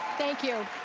thank you.